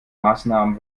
maßnahmen